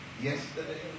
yesterday